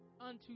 unto